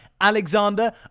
alexander